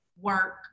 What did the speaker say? work